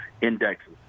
indexes